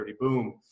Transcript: boom